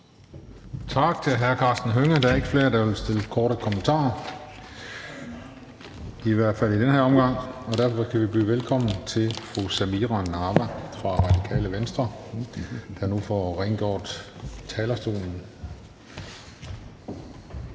Tak til hr. Karsten Hønge. Der er ikke flere, der har ønsket korte bemærkninger – i hvert fald ikke i den her omgang – og derfor kan vi byde velkommen til fru Samira Nawa fra Radikale Venstre, der nu får rengjort talerstolen.